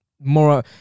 more